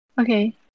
Okay